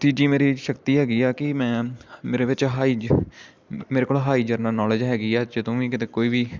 ਤੀਜੀ ਮੇਰੀ ਸ਼ਕਤੀ ਹੈਗੀ ਆ ਕਿ ਮੈਂ ਮੇਰੇ ਵਿੱਚ ਹਾਈਜ ਮੇਰੇ ਕੋਲ ਹਾਈ ਜਨਰਲ ਨੌਲੇਜ ਹੈਗੀ ਆ ਜਦੋਂ ਵੀ ਕਿਤੇ ਕੋਈ ਵੀ